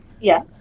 Yes